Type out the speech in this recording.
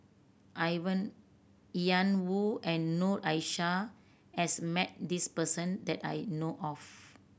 Ian Woo and Noor Aishah has met this person that I know of